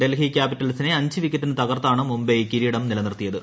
ഡൽഹി ക്യാപിറ്റൽസിന്റെ അഞ്ച് വിക്കറ്റിന് തകർത്താണ് മുംബൈ കിരീടം നിലനിർത്തിയത്